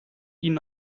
ihnen